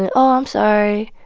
and um sorry.